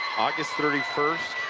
august thirty first